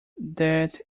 that